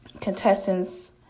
contestants